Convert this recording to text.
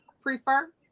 prefer